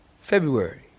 February